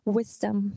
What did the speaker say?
Wisdom